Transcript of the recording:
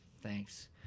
Thanks